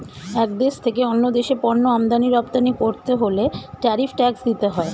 এক দেশ থেকে অন্য দেশে পণ্য আমদানি রপ্তানি করতে হলে ট্যারিফ ট্যাক্স দিতে হয়